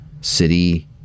City